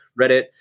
Reddit